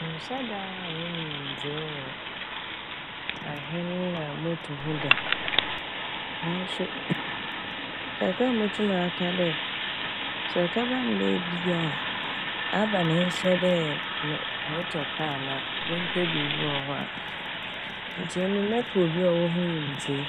Mennhyɛ da ara innyim nyimdzee wɔ ahɛn na moto ho dɛm naaso kakra a motum aka dɛ sɛ ɔkɛba ne dɛ ebi a aba ne nhyɛ dɛ moro- morotɔ kar na mempɛ biibi wɔ ho a nkyɛ emi mɛpɛ obi a ɔwɔ ho nyimdzee,